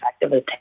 effective